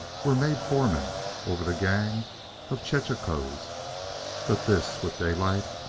were made foremen over the gang of chechaquos but this, with daylight,